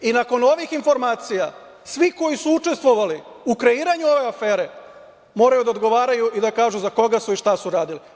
Nakon ovih informacija, svi koji su učestvovali u kreiranju ove afere, moraju da odgovaraju i da kažu za koga su i šta su radili.